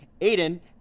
Aiden